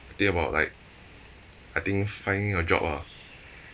I think about like I think finding a job ah